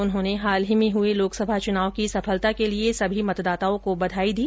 उन्होंने हाल ही में हुए लोकसभा चुनाव की सफलता के लिये सभी मतदाताओं को बधाई दी